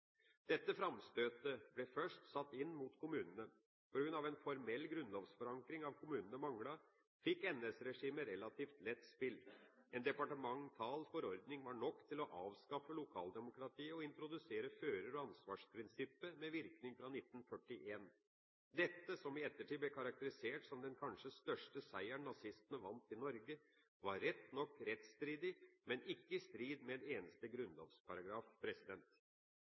Dette framstøtet ble først satt inn mot kommunene. På grunn av at formell grunnlovsforankring av kommunen manglet, fikk NS-regimet relativt lett spill: Én departemental forordning var nok til å avskaffe lokaldemokratiet og introdusere fører- og ansvarsprinsippet med virkning fra 1941. Dette som i ettertid ble karakterisert som den kanskje største seieren nazistene vant i Norge, var rett nok rettsstridig, men ikke i strid med en eneste grunnlovsparagraf.